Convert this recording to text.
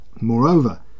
Moreover